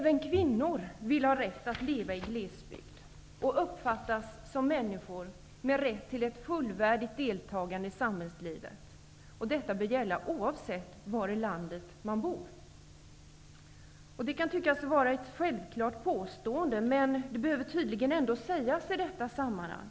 Även kvinnor vill ha rätt att leva i glesbygd och uppfattas som människor med rätt till ett fullvärdigt deltagande i samhällslivet. Detta bör gälla oavsett var i landet man bor. Det kan tyckas vara ett självklart påstående, men det behöver tydligen ändå sägas i detta sammanhang.